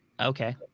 okay